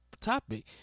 topic